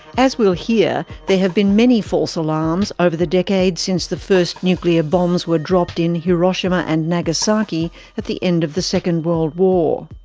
as we'll hear, there have been many false alarms over the decades since the first nuclear bombs were dropped in hiroshima and nagasaki at the end of the second world war.